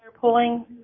pulling